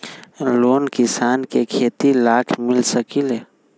Loan किसान के खेती लाख मिल सकील?